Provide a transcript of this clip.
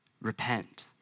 repent